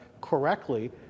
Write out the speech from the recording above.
correctly